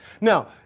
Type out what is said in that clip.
Now